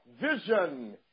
Vision